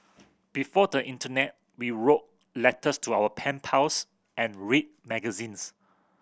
before the internet we wrote letters to our pen pals and read magazines